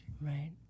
Right